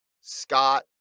Scott